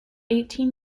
eighteen